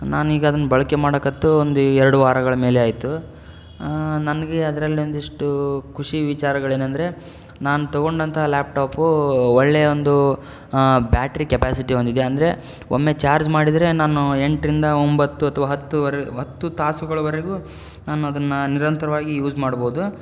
ನಾನೀಗದನ್ನ ಬಳಕೆ ಮಾಡೋಕತ್ತು ಒಂದು ಎರ್ಡು ವಾರಗಳ ಮೇಲೆ ಆಯಿತು ನನಗೆ ಅದ್ರಲ್ಲಿ ಒಂದಿಷ್ಟು ಕುಷಿ ವಿಚಾರಗಳೇನಂದರೆ ನಾನು ತೊಗೊಂಡಂಥ ಲ್ಯಾಪ್ ಟಾಪು ಒಳ್ಳೆ ಒಂದು ಬ್ಯಾಟ್ರಿ ಕೆಪಾಸಿಟಿ ಹೊಂದಿದೆ ಅಂದರೆ ಒಮ್ಮೆ ಚಾರ್ಜ್ ಮಾಡಿದರೆ ನಾನು ಎಂಟರಿಂದ ಒಂಬತ್ತು ಅಥ್ವಾ ಹತ್ತುವರೆ ಹತ್ತು ತಾಸುಗಳವರೆಗೂ ನಾನು ಅದನ್ನು ನಿರಂತರವಾಗಿ ಯೂಸ್ ಮಾಡ್ಬೋದು